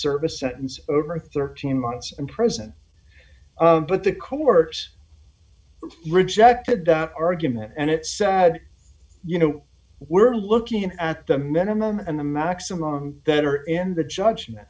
serve a sentence over thirteen months in prison but the coworkers rejected the argument and it's sad you know we're looking at the minimum and the maximum that are in the judgment